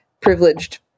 privileged